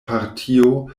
partio